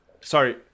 Sorry